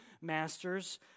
masters